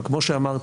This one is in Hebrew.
אבל כמו שאמרתי,